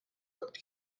looked